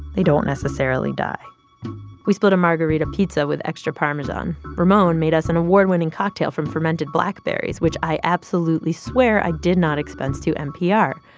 they don't necessarily die we split a margherita pizza with extra parmesan. ramon made us an award-winning cocktail from fermented blackberries, which i absolutely swear i did not expense to npr.